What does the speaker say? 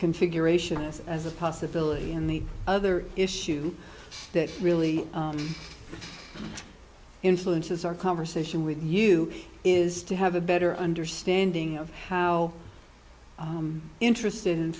configuration this as a possibility and the other issue that really influences our conversation with you is to have a better understanding of how interested in